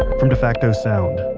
from defacto sound,